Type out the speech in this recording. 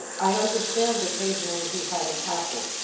i understand occasionally he had an apple.